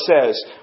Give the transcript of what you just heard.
says